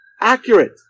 accurate